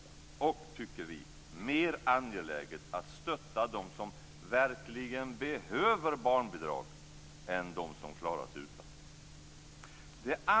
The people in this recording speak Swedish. Det är också, tycker vi kristdemokrater, mer angeläget att stötta dem som verkligen behöver barnbidrag än dem som klarar sig utan.